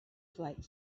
flight